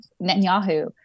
Netanyahu